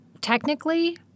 technically